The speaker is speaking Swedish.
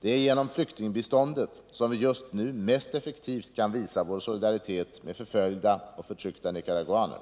Det är genom flyktingbiståndet som vi just nu mest effektivt kan visa vår solidaritet med förföljda och förtryckta nicaraguaner.